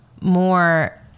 more